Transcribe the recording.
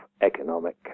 economic